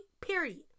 Period